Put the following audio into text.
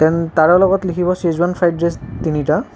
ডেন তাৰে লগত লিখিব চেজৱান ফ্ৰাইড ৰাইচ তিনিটা